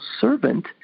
servant